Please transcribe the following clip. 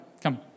come